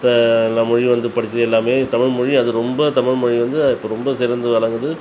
மற்ற எல்லா மொழி வந்து படித்தது எல்லாமே தமிழ் மொழி அது ரொம்ப தமிழ் மொழி வந்து இப்போ ரொம்ப சிறந்து விளங்குது